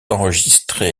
enregistré